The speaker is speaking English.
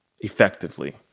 effectively